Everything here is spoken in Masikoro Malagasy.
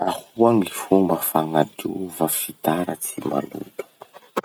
Ahoa gny fomba fagnadiova fitaratsy maloto?